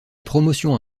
promotion